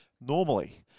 normally